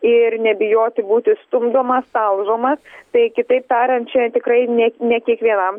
ir nebijoti būti stumdomas talžomas tai kitaip tariant čia tikrai ne ne kiekvienam